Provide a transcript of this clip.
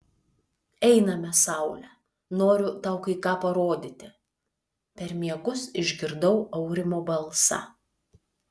einame saule noriu tau kai ką parodyti per miegus išgirdau aurimo balsą